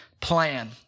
plan